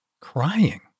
crying